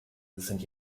sind